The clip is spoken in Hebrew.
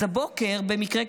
אז הבוקר במקרה,